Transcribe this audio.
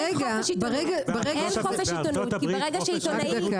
אין חופש עיתונות כי ברגע שעיתונאי,